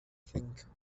think